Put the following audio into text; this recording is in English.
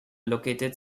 located